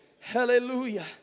Hallelujah